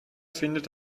findet